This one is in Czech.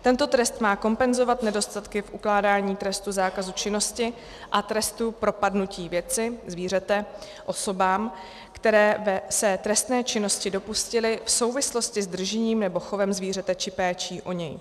Tento trest má kompenzovat nedostatky v ukládání trestu zákazu činnosti a trestu propadnutí věci zvířete osobám, které se trestné činnosti dopustily v souvislosti s držením nebo chovem zvířete či péčí o něj.